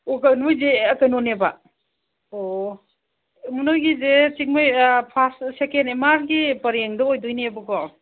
ꯑꯣ ꯀꯩ ꯅꯣꯏꯒꯤꯁꯦ ꯀꯩꯅꯣꯅꯦꯕ ꯑꯣ ꯅꯣꯏꯒꯤꯁꯦ ꯐꯥꯁ ꯁꯦꯀꯦꯟ ꯑꯦꯝ ꯑꯥꯔꯒꯤ ꯄꯔꯦꯡꯗꯣ ꯑꯣꯏꯗꯣꯏꯅꯦꯕꯀꯣ